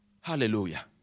Hallelujah